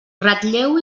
ratlleu